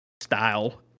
style